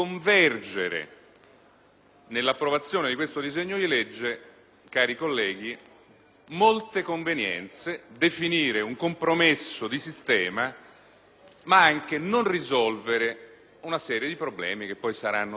nell'approvazione di questo disegno di legge molte convenienze, definire un compromesso di sistema, ma anche non risolvere una serie di problemi che poi saranno sottolineati nella